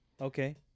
Okay